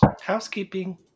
Housekeeping